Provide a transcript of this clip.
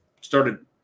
started